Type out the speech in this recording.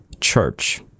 church